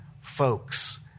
Folks